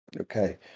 Okay